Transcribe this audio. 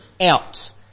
out